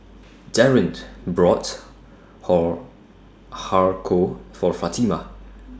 Darin brought Hor Har Kow For Fatima